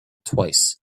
twice